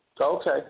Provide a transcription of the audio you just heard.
Okay